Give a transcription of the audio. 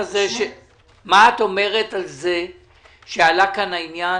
מה את אומרת על זה שעלה כאן העניין